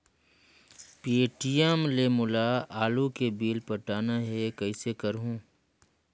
Paytm ले मोला आलू के बिल पटाना हे, कइसे करहुँ?